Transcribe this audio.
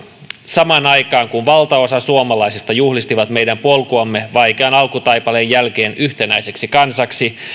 samaan aikaan kun valtaosa suomalaisista juhlisti meidän polkuamme vaikean alkutaipaleen jälkeen yhtenäiseksi kansaksi